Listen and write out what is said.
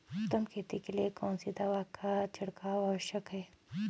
उत्तम खेती के लिए कौन सी दवा का छिड़काव आवश्यक है?